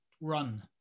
run